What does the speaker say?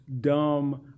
dumb